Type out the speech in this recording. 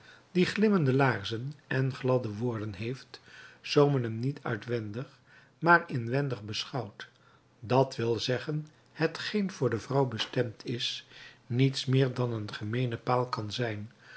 die glimmende laarzen en gladde woorden heeft zoo men hem niet uitwendig maar inwendig beschouwt dat wil zeggen hetgeen voor de vrouw bestemd is niets meer dan een gemeene paal kan zijn